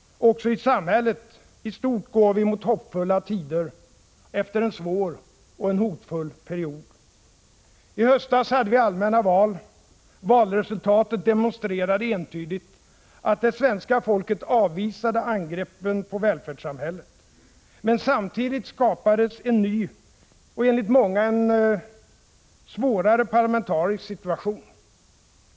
Också i samhället i stort går vi mot hoppfulla tider, efter en svår och hotfull period. IT höstas hade vi allmänna val. Valresultatet demonstrerade entydigt att det svenska folket avvisade angreppen på välfärdssamhället — men samtidigt skapades en ny och, enligt många, svårare parlamentarisk situation.